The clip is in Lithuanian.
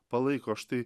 palaiko štai